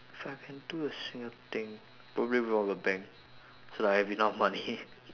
if I can do a single thing probably rob a bank so like I have enough money